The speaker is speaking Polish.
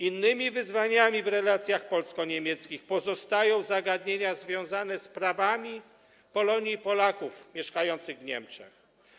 Innymi wyzwaniami w relacjach polsko-niemieckich pozostają zagadnienia związane z prawami Polonii i Polaków mieszkających w Niemczech.